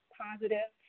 positive